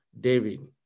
David